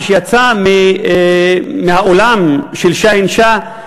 כשיצא מהאולם של שאהין שאה,